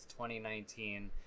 2019